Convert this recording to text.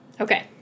Okay